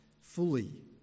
fully